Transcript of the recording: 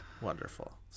Wonderful